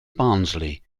barnsley